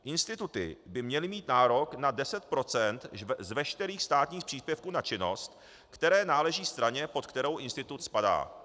Instituty by měly mít nárok na 10 % z veškerých státních příspěvků na činnost, které náleží straně, pod kterou institut spadá.